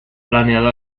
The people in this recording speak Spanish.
planeado